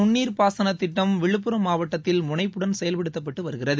நுண்ணீர் பாசன திட்டம் விழுப்புரம் மாவட்டத்தில் மத்திய முனைப்புடன் செயல்படுத்தப்பட்டு வருகிறது